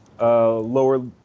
Lower